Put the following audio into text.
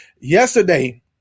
yesterday